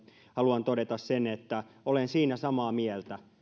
haluan todeta sen että olen siinä samaa mieltä